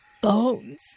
Bones